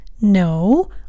no